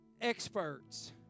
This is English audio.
experts